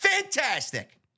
fantastic